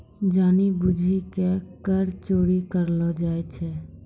जानि बुझि के कर चोरी करलो जाय छै